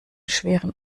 schweren